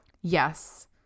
Yes